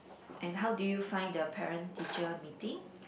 and how do you find the parent teacher meeting